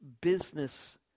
business